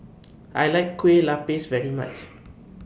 I like Kueh Lapis very much